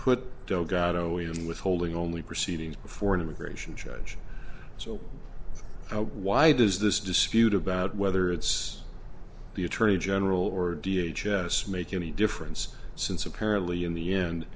the withholding on the proceedings before an immigration judge so why does this dispute about whether it's the attorney general or v h s make any difference since apparently in the end